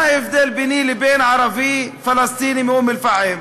מה ההבדל ביני לבין ערבי-פלסטיני מאום-אלפחם?